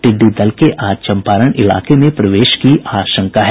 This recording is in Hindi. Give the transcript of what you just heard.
टिड्डी दल के आज चम्पारण इलाके में प्रवेश की आशंका है